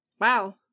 Wow